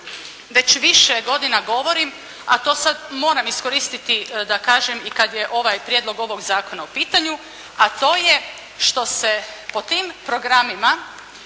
već više godina govorim, a to sad moram iskoristiti da kažem i kad je ovaj prijedlog ovog zakona u pitanju, a to je što se po tim programima,